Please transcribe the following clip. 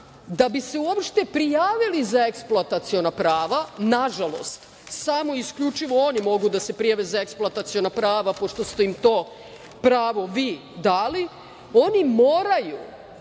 da bi se uopšte prijavili za eksploataciona prava, nažalost, sama i isključivo oni mogu da se prijave za eksploataciona prava pošto ste im to pravo vi dali, oni moraju